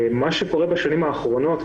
מה שקורה בשנים האחרונות,